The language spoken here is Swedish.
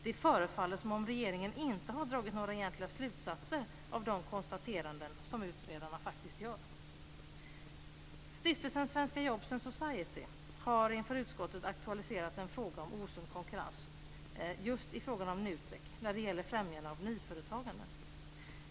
Det förefaller som att regeringen inte har dragit några egentliga slutsatser av de konstateranden som utredarna faktiskt gör. Stiftelsen Svenska Jobs & Society har inför utskottet aktualiserat en fråga om osund konkurrens just i fråga om NUTEK när det gäller främjande av nyföretagande.